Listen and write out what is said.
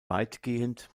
weitgehend